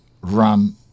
run